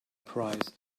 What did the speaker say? price